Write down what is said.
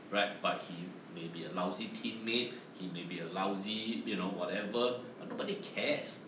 right but he may be a lousy teammate he may be a lousy you know whatever but nobody cares